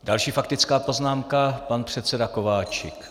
Další faktická poznámka pan předseda Kováčik.